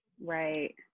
right